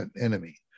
enemy